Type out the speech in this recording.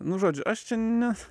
nu žodžiu aš čia ne